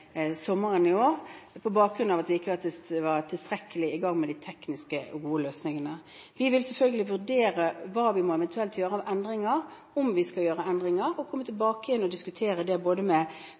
sommeren i år, på bakgrunn av at vi ikke var tilstrekkelig i gang med de tekniske og gode løsningene. Vi vil selvfølgelig vurdere hva vi eventuelt må gjøre av endringer – om vi skal gjøre endringer – og komme tilbake igjen og diskutere det både med